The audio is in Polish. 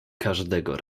każdego